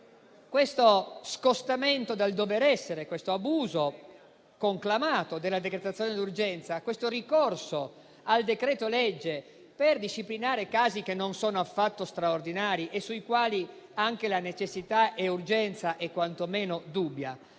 questo scostamento dal dover essere costituzionale, se questo abuso conclamato della decretazione d'urgenza e se questo ricorso al decreto-legge per disciplinare casi che non sono affatto straordinari e sui quali anche la necessità e l'urgenza sono quantomeno dubbie